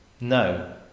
no